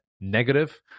negative